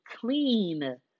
clean